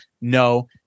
No